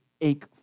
ache